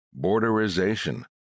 borderization